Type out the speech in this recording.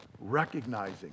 recognizing